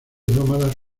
nómadas